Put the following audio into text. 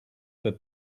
that